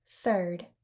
Third